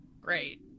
Great